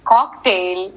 Cocktail